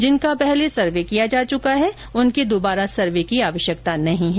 जिनका पहले सर्वे किया जा चुका है उनके दुबारा सर्वे की आवश्यकता नहीं है